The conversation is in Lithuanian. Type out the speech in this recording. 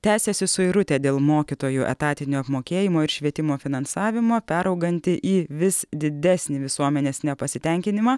tęsiasi suirutė dėl mokytojų etatinio apmokėjimo ir švietimo finansavimo perauganti į vis didesnį visuomenės nepasitenkinimą